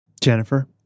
Jennifer